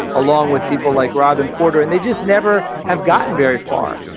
along with people like robin porter, and they just never have gotten very far.